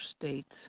states